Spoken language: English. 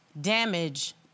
damage